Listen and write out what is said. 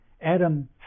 Adam